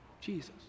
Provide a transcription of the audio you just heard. Jesus